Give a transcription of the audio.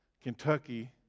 Kentucky